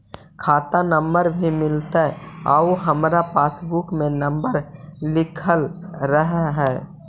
खाता नंबर भी मिलतै आउ हमरा पासबुक में नंबर लिखल रह है?